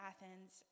Athens